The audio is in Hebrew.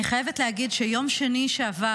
אני חייבת להגיד שביום שני שעבר,